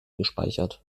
gespeichert